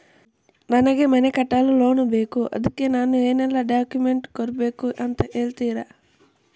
ನನಗೆ ಮನೆ ಕಟ್ಟಲು ಲೋನ್ ಬೇಕು ಅದ್ಕೆ ನಾನು ಏನೆಲ್ಲ ಡಾಕ್ಯುಮೆಂಟ್ ಕೊಡ್ಬೇಕು ಅಂತ ಹೇಳ್ತೀರಾ?